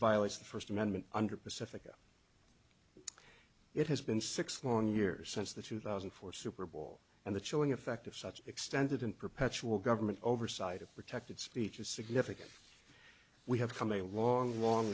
violates the first amendment under pacifica it has been six long years since the two thousand and four super bowl and the chilling effect of such extended in perpetual government oversight of protected speech is significant we have come a long long